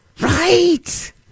Right